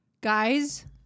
Guys